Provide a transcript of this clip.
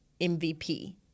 MVP